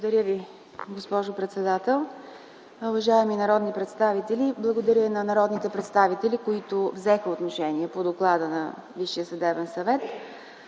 Благодаря Ви, госпожо председател. Уважаеми колеги, благодаря и на народните представители, които взеха отношение по доклада на Висшия съдебен съвет.